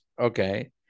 okay